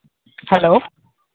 hello